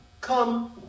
come